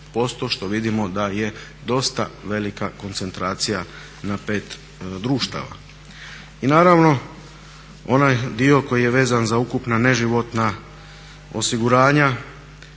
što vidimo da je dosta velika koncentracija na 5 društava. I naravno onaj dio koji je vezan za ukupna neživotna osiguranja